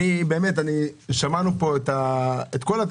שמענו פה את רוב